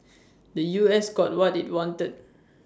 the U S got what IT wanted